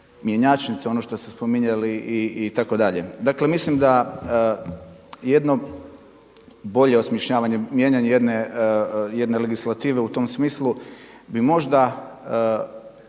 mjenjačnice, ono što ste spominjali itd.. Dakle mislim da jedno bolje osmišljavanje, mijenjanje jedne legislative u tom smislu bi možda